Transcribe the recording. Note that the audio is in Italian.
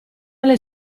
alle